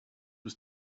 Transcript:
was